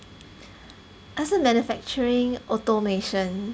它是 manufacturing automation